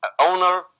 owner